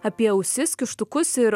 apie ausis kištukus ir